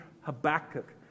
Habakkuk